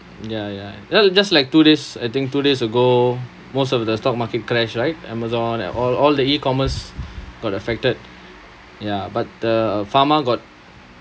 ya ya ya just like two days I think two days ago most of the stock market crash right Amazon and all all the e-commerce got affected ya but the pharma got